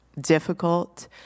difficult